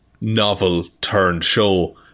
novel-turned-show